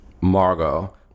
Margot